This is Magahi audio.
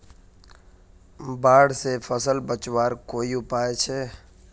बाढ़ से फसल बचवार कोई उपाय छे?